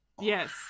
Yes